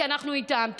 כי אנחנו איתם.